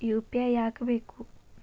UPI ಯಾಕ್ ಬೇಕು?